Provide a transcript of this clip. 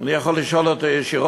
אני יכול לשאול אותו ישירות,